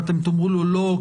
ואתם תאמרו לו: לא,